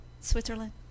Switzerland